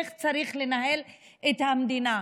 איך צריך לנהל את המדינה,